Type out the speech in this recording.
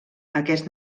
aquest